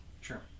Sure